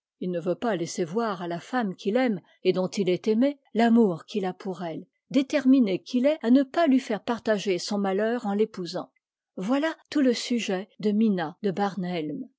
il ne veut pas laisser voir à la femme qu'il aime et dont il est aimé l'amour qu'il a pour elle déterminé qu'il est à ne pas lui faire partager son malheur en l'épousant voilà tout le sujet de mt na